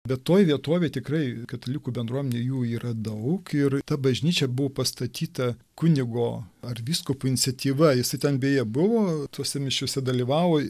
bet toj vietovėj tikrai katalikų bendruomenėj jų yra daug ir ta bažnyčia buvo pastatyta kunigo ar vyskupo iniciatyva jisai ten beje buvo tose mišiose dalyvavo